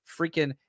freaking